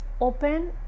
open